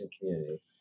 community